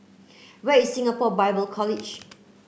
where is Singapore Bible College